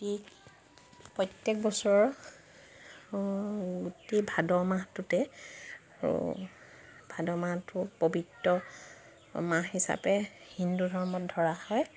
প্ৰত্যেক বছৰৰ গোটেই ভাদ মাহটোতে ভাদ মাহটো পৱিত্ৰ মাহ হিচাপে হিন্দু ধৰ্মত ধৰা হয়